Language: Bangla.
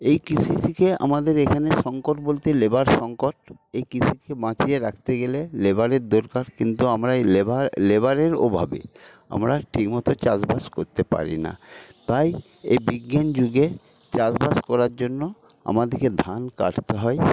এই কৃষি থেকে আমাদের এখানে সংকট বলতে লেবার সংকট এই কৃষিকে বাঁচিয়ে রাখতে গেলে লেবারের দরকার কিন্তু আমরা লেবারের অভাবে আমরা ঠিক মত চাষবাস করতে পারি না তাই এই বিজ্ঞানযুগে চাষবাস করার জন্য আমাদেরকে ধান কাটতে হয়